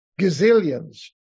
gazillions